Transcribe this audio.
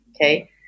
Okay